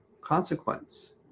consequence